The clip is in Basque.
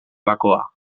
bakoa